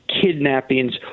kidnappings